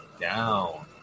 down